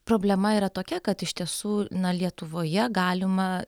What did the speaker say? problema yra tokia kad iš tiesų lietuvoje galima